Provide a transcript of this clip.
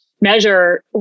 measure